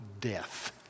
death